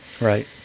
right